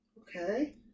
Okay